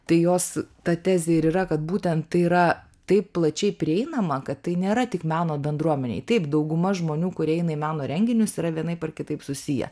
tai jos ta tezė ir yra kad būtent tai yra taip plačiai prieinama kad tai nėra tik meno bendruomenėj taip dauguma žmonių kurie eina į meno renginius yra vienaip ar kitaip susiję